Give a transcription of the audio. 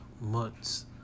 months